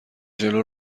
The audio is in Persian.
جلو